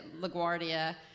LaGuardia